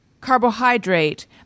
carbohydrate